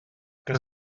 que